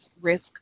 risk